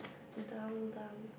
dumb dumb